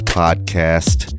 podcast